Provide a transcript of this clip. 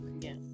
Yes